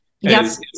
yes